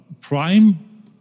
Prime